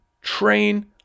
Train